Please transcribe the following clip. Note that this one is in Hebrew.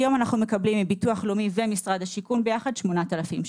היום אנחנו מקבלים מביטוח לאומי ומשרד השיכון ביחד 8,000 שקל.